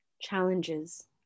challenges